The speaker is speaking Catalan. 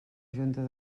junta